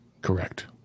Correct